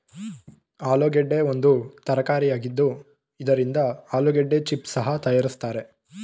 ಆಲೂಗೆಡ್ಡೆ ಒಂದು ತರಕಾರಿಯಾಗಿದ್ದು ಇದರಿಂದ ಆಲೂಗೆಡ್ಡೆ ಚಿಪ್ಸ್ ಸಹ ತರಯಾರಿಸ್ತರೆ